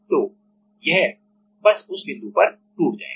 तो यह बस उस बिंदु पर टूट जाएगा